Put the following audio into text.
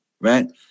right